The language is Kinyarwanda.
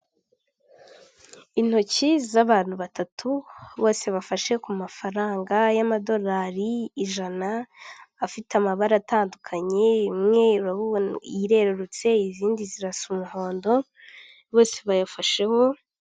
Intoki z'abantu batatu, bose bafashe ku mafaranga y'amadolari ijana, afite amabara atandukanye, imwe irerurutse, izindi zirasa umuhondo, bose bayafasheho.